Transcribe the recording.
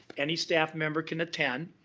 any staff member can attend.